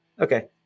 Okay